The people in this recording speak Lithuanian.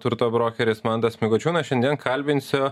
turto brokeris mantas mikučiūnas šiandien kalbinsiu